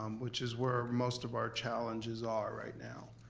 um which is where most of our challenges are right now.